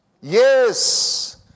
Yes